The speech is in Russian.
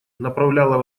направляла